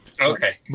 Okay